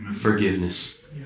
forgiveness